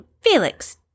Felix